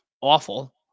awful